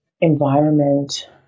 environment